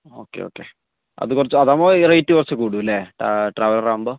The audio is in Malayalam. ഓക്കെ ഓക്കെ അതു കുറച്ച് അതാവുമ്പോൾ റേയ്റ്റ് കുറച്ച് കൂടും അല്ലേ ട്രാവലറ് ആകുമ്പോൾ